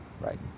right